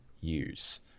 use